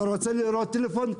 אתה רוצה לראות טלפון?